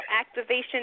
activation